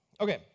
Okay